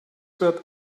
wird